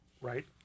Right